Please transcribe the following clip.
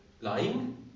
Lying